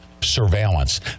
surveillance